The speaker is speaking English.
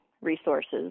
resources